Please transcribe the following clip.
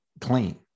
clean